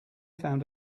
found